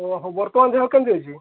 ଓହୋ ବର୍ତ୍ତମାନ ଦେହ କେମିତି ଅଛି